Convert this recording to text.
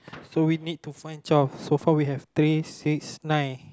so we need to find twelve so far we have three six nine